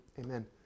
amen